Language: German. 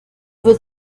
wird